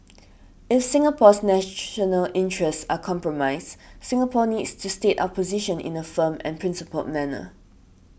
if Singapore's national interests are compromised Singapore needs to state our position in a firm and principle manner